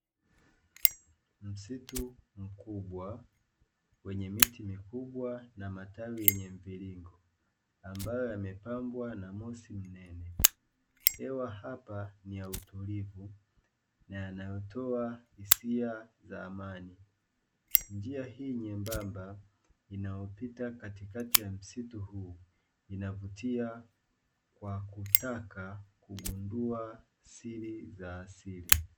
Msitu mkubwa wenye miti mikubwa na matawi yenye mviringo ambayo yamepambwa na mosi mnene. Hewa hapa ni ya utulivu na inayotoa hisia za amani. Njia hii nyembamba inayopita katikati ya msitu huo inavutia kwa kutaka kugundua siri za asili.